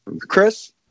Chris